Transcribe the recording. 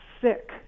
sick